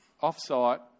off-site